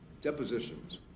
depositions